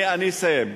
אני אסיים.